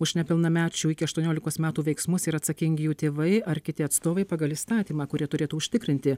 už nepilnamečių iki aštuoniolikos metų veiksmus yra atsakingi jų tėvai ar kiti atstovai pagal įstatymą kurie turėtų užtikrinti